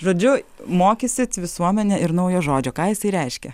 žodžiu mokysit visuomenę ir naujo žodžio ką jisai reiškia